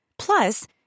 Plus